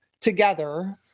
together